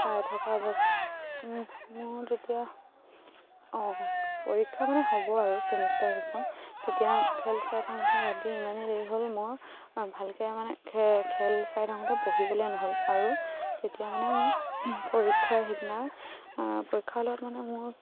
চাই থকা অৱস্থাত মোৰ তেতিয়া পৰীক্ষা মানে হ'ব আৰু চেমিষ্টাৰ এগজাম তেতিয়া খেল চাই থাকোঁতে ৰাতি ইমানেই দেৰি হ'ল মোৰ ভালকে মানে খে খেল চাই থাকোঁতে পঢ়িবলে নহ'ল আৰু তেতিয়া মানে মোৰ পৰীক্ষা সেইদিনা পৰীক্ষাৰ লগত মানে মোৰ